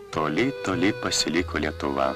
toli toli pasiliko lietuva